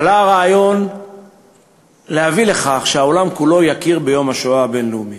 עלה הרעיון להביא לכך שהעולם כולו יכיר ביום השואה הבין-לאומי.